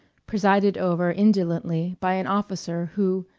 presided over indolently by an officer who,